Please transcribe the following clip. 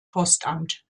postamt